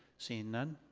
seeing none.